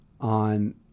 on